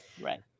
right